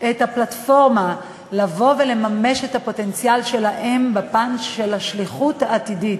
את הפלטפורמה לממש את הפוטנציאל שלהם בפן של השליחות העתידית.